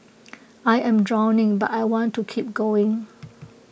I am drowning but I want to keep going